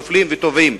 נופלים וטובעים.